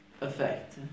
effect